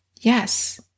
Yes